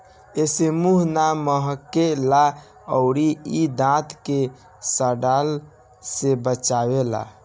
एसे मुंह ना महके ला अउरी इ दांत के सड़ला से बचावेला